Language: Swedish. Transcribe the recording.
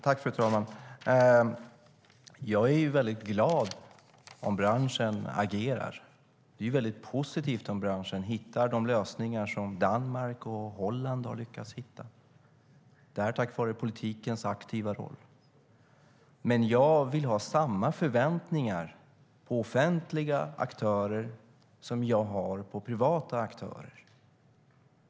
Fru talman! Jag är glad om branschen agerar. Det är positivt om branschen hittar de lösningar som Danmark och Holland har lyckats hitta tack vare politikens aktiva roll där. Jag vill ha samma förväntningar på offentliga aktörer som jag har på privata aktörer.